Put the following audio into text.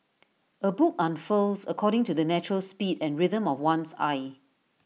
A book unfurls according to the natural speed and rhythm of one's eye